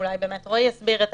אולי באמת רועי יסביר את